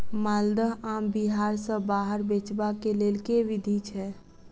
माल्दह आम बिहार सऽ बाहर बेचबाक केँ लेल केँ विधि छैय?